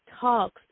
Talks